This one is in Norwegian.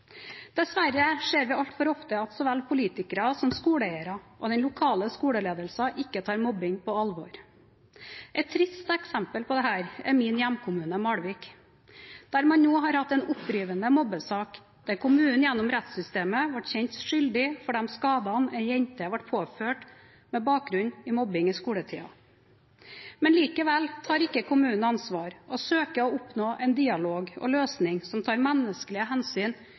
Dessverre ser vi altfor ofte at så vel politikere som skoleeiere og den lokale skoleledelsen ikke tar mobbing på alvor. Et trist eksempel på dette er min hjemkommune Malvik, der man nå har hatt en opprivende mobbesak der kommunen gjennom rettssystemet ble kjent skyldig for de skadene en jente ble påført med bakgrunn i mobbing i skoletiden. Men likevel tar ikke kommunen ansvar og søker å oppnå en dialog og en løsning som tar menneskelige hensyn